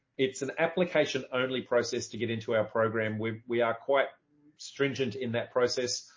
it's an application only process to get into our program, we we are quite stringent in that process.